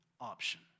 option